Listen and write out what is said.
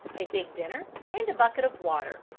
a big dinner and a bucket of water,